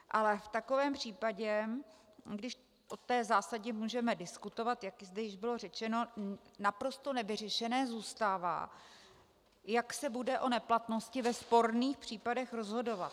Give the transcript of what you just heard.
V takovém případě ale, i když o té zásadě můžeme diskutovat, jak zde již bylo řečeno, naprosto nevyřešené zůstává, jak se bude o neplatnosti ve sporných případech rozhodovat.